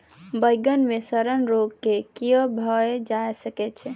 बइगन मे सड़न रोग केँ कीए भऽ जाय छै?